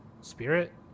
Spirit